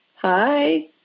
Hi